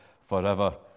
forever